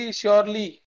surely